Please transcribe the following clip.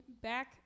back